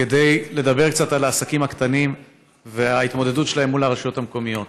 כדי לדבר קצת על העסקים הקטנים וההתמודדות שלהם מול הרשויות המקומיות.